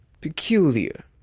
peculiar